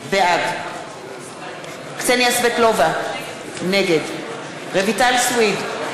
בעד קסניה סבטלובה, נגד רויטל סויד,